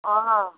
অঁ